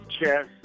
chess